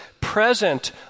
present